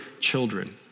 children